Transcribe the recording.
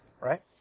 right